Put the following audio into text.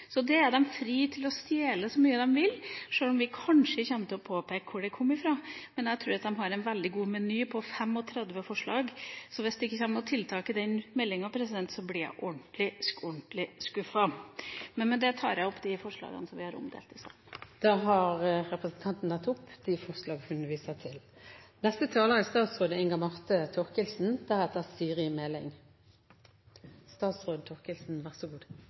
så mye de vil, sjøl om vi kanskje kommer til å påpeke hvor det kom fra. Jeg tror at de har en veldig god meny med 35 forslag, så hvis det ikke kommer noen tiltak i meldingen, blir jeg ordentlig, ordentlig skuffa. Med det tar jeg opp de forslagene vi har som er omdelt i salen. Representanten Trine Skei Grande har tatt opp de forslagene hun refererte til.